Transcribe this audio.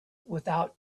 without